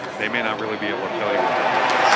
they may not really be able to tell you what they're doing.